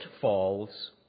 falls